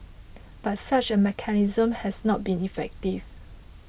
but such a mechanism has not been effective